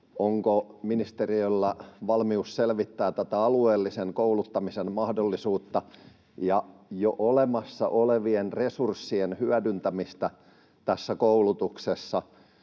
onko ministeriöllä valmius selvittää tätä alueellisen kouluttamisen mahdollisuutta ja jo olemassa olevien resurssien hyödyntämistä tässä koulutuksessa?